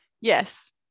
Yes